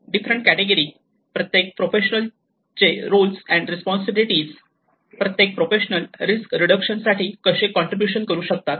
different category प्रत्येक professional ची roles and responsibility प्रत्येक प्रोफेशनल रिस्क रिडक्शन साठी कसे कॉन्ट्रीब्युशन करू शकतात